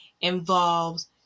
involves